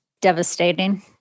Devastating